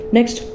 Next